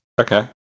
Okay